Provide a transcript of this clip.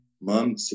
mom